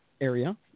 area